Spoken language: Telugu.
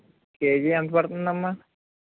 కేజీ ఎంత పడుతుంది అమ్మ